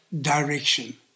direction